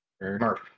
Murph